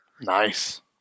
Nice